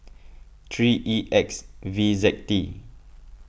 three E X V Z T